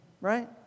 right